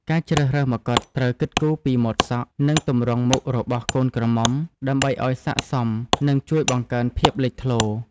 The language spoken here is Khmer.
ការជ្រើសរើសមកុដត្រូវគិតគូរពីម៉ូតសក់ និងទម្រង់មុខរបស់កូនក្រមុំ ដើម្បីឲ្យស័ក្តិសម និងជួយបង្កើនភាពលេចធ្លោ។